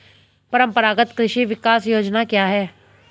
परंपरागत कृषि विकास योजना क्या है?